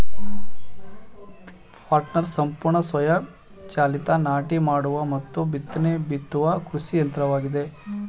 planters ಸಂಪೂರ್ಣ ಸ್ವಯಂ ಚಾಲಿತ ನಾಟಿ ಮಾಡುವ ಮತ್ತು ಬಿತ್ತನೆ ಬಿತ್ತುವ ಕೃಷಿ ಯಂತ್ರವಾಗಿದೆ